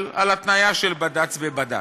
אבל על, התניה של בד"ץ בבד"ץ.